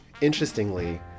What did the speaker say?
interestingly